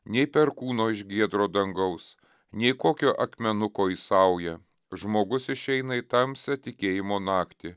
nei perkūno iš giedro dangaus nei kokio akmenuko į saują žmogus išeina į tamsią tikėjimo naktį